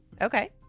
Okay